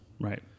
Right